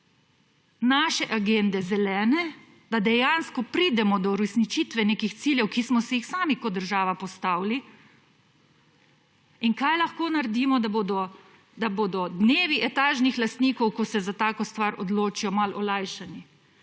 naše agende zelene, da dejansko pridemo do uresničitve nekih ciljev, ki smo si jih sami kot država postavili in kaj lahko naredimo, da bodo dnevi etažnih lastnikov, ko se za tako stvari odločijo, malo olajšani